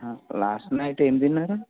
last night ఎం తిన్నారు